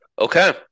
Okay